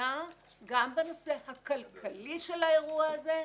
המדינה גם בנושא הכלכלי של האירוע הזה,